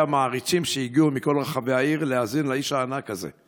המעריצים שהגיעו מכל רחבי העיר להאזין לאיש הענק הזה.